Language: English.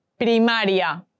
Primaria